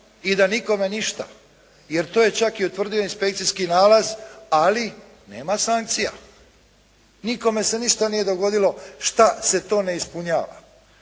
i da nikome ništa jer to je čak i utvrdio inspekcijski nalaz ali nema sankcija. Nikome se ništa nije dogodilo šta se to ne ispunjava.